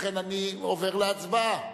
לכן אני עובר להצבעה,